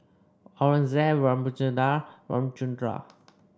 Aurangzeb Ramchundra Ramchundra